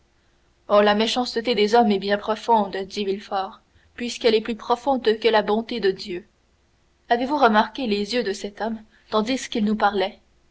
oh la méchanceté des hommes est bien profonde dit villefort puisqu'elle est plus profonde que la bonté de dieu avez-vous remarqué les yeux de cet homme tandis qu'il nous parlait